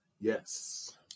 Yes